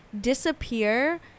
disappear